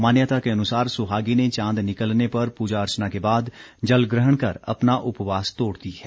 मान्यता के अनुसार सुहागिनें चांद निकलने पर पूजा अर्चना के बाद जल ग्रहण कर अपना उपवास तोड़ती है